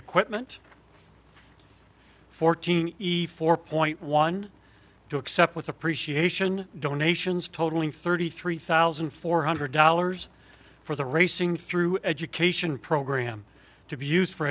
equipment fourteen easy for point one to accept with appreciation donations totaling thirty three thousand four hundred dollars for the racing through education program to be used for